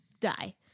die